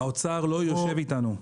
האוצר לא יושב איתנו.